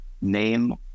name